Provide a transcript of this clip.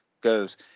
goes